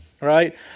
right